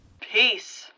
Peace